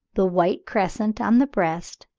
the white crescent on the breast,